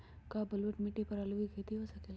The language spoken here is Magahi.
का बलूअट मिट्टी पर आलू के खेती हो सकेला?